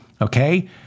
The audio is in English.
Okay